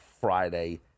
Friday